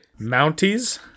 mounties